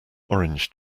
orange